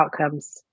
outcomes